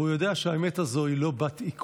והוא יודע שהאמת הזאת היא לא בת-עיכול.